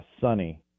sunny